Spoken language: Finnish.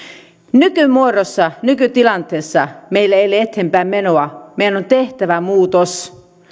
nykymuodossa nykytilanteessa meillä ei ole eteenpäin menoa meidän on tehtävä muutos